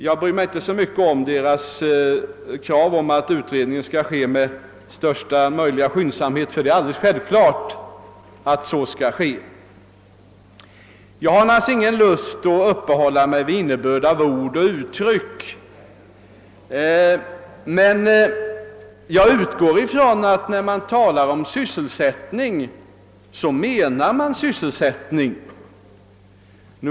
Jag bryr mig inte så mycket om folkpartiets krav på att utredningen skall ske med största möjliga skyndsamhet; det är alldeles självklart att så skall ske. Jag har naturligtvis ingen lust att uppehålla mig vid innebörden av ord och uttryck, men jag utgår ifrån att man, när man talar om sysselsättning, menar sysselsättning.